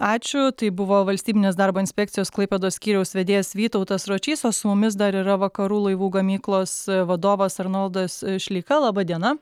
ačiū tai buvo valstybinės darbo inspekcijos klaipėdos skyriaus vedėjas vytautas ročys o su mumis dar yra vakarų laivų gamyklos vadovas arnoldas šileika laba diena